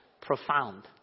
profound